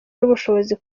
n’ubushobozi